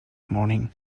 morning